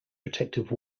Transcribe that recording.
protective